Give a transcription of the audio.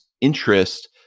interest